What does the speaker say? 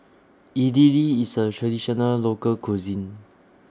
Idili IS A Traditional Local Cuisine